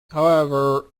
however